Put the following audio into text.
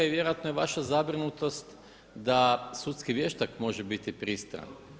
I vjerojatno je vaša zabrinutost da sudski vještak može biti pristran.